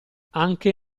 anche